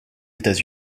états